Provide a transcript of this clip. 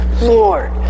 Lord